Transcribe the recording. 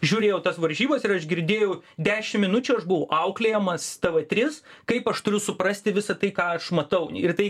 žiūrėjau tas varžybas ir aš girdėjau dešim minučių aš buvau auklėjamas tv trys kaip aš turiu suprasti visą tai ką aš matau ir tai